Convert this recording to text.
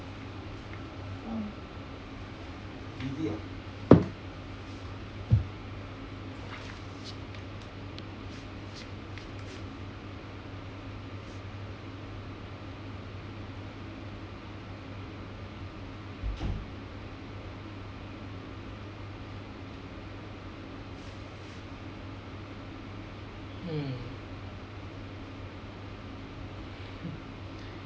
hmm